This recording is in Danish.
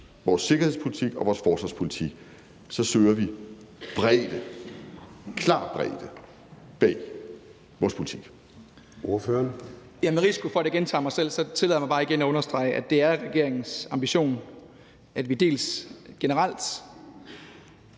vores sikkerhedspolitik og vores forsvarspolitik, søger vi bredde, klar bredde, bag vores politik.